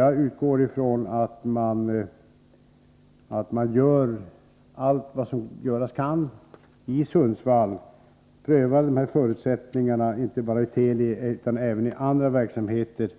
Jag utgår ifrån att man gör allt vad som göras kan i Sundsvall och prövar förutsättningarna inte bara vid Teli utan även i andra verksamheter